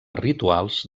rituals